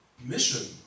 mission